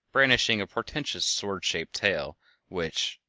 brandishing a portentous sword-shaped tail which,